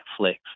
Netflix